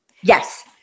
Yes